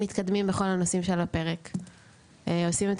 מתקדמים בכל הנושאים שעל הפרק ועושים את